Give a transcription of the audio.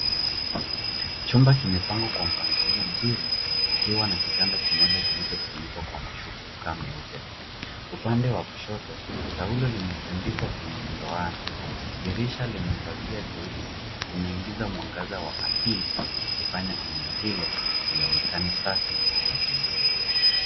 Chumba imepangwa kwa mpangilio mzuri kikiwa na kitanda kimoja kilichofunikwa kwa mashuka meupe. Upande wa kushoto, taulo limetundikwa kwenye ndoana. Dirisha lenye pazia nyeupe linaingiza mwangaza wa asili ukifanya eneo hilo lionekane safi na tulivu.